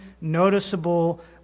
noticeable